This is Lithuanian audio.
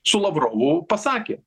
su lavrovu pasakė